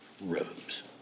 robes